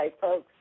folks